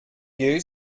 you